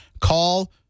Call